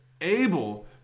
Able